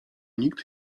nikt